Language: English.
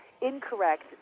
incorrect